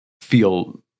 feel